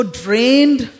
drained